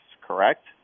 Correct